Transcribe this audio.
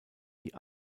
die